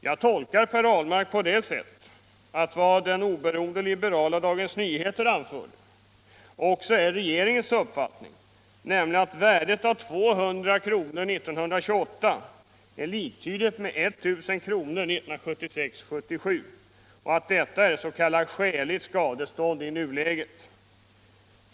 Jag tolkar Per Ahlmark på det sättet att vad den oberoende liberala Dagens Nyheter anfört också är regeringens uppfattning, nämligen att värdet av 200 kr. år 1928 är liktydigt med 19000 kr, 1976/77 och att detta är s.k. skäligt skadestånd i nuläget.